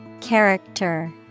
character